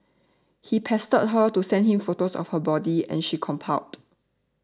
he pestered her to send him photos of her body and she complied